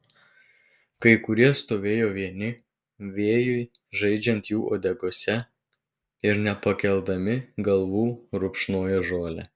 kai kurie stovėjo vieni vėjui žaidžiant jų uodegose ir nepakeldami galvų rupšnojo žolę